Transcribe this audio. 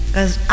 Cause